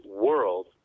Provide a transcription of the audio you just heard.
world